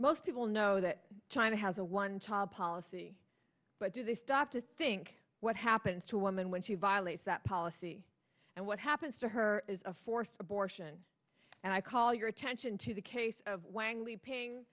most people know that china has a one child policy but do they stop to think what happens to a woman when she violates that policy and what happens to her is a forced abortion and i call your attention to the case of w